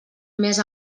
més